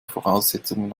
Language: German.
voraussetzungen